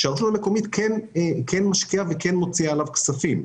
הרשות המקומית כן משקיעה וכן מוציאה עליו כספים.